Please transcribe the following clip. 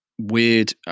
Weird